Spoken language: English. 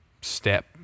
step